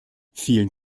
vielen